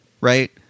right